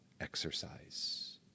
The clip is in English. exercise